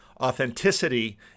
Authenticity